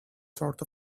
sort